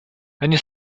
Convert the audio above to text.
они